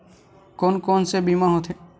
कोन कोन से बीमा होथे?